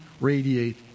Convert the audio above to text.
radiate